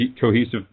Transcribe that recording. cohesive